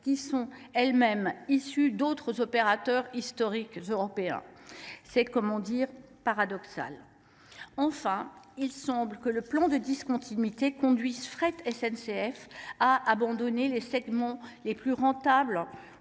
des sociétés elles mêmes issues d’autres opérateurs historiques européens. C’est paradoxal ! Enfin, il semble que le plan de discontinuité conduise Fret SNCF à abandonner les segments les plus rentables,